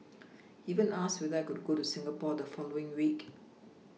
even asked whether I could go to Singapore the following week